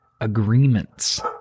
agreements